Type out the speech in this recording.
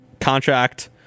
contract